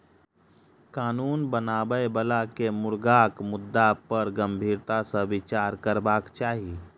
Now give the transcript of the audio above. कानून बनाबय बला के मुर्गाक मुद्दा पर गंभीरता सॅ विचार करबाक चाही